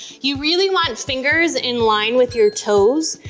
you really want fingers in line with your toes.